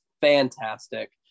fantastic